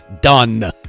done